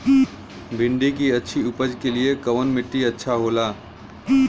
भिंडी की अच्छी उपज के लिए कवन मिट्टी अच्छा होला?